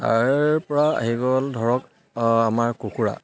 তাৰ পৰা আহি গ'ল ধৰক আমাৰ কুকুৰা